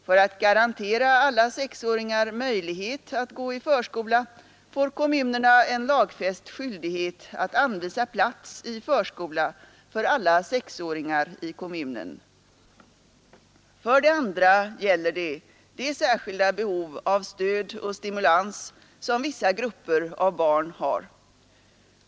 För att garantera alla sexåringar möjlighet att gå i förskola får kommunerna en lagfäst skyldighet att anvisa plats i förskola för alla sexåringar i kommunen. För det andra gäller det de särskilda behov av stöd och stimulans som vissa grupper av barn har.